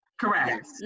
Correct